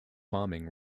farming